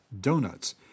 donuts